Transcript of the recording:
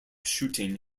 shooting